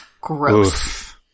Gross